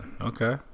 Okay